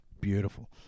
beautiful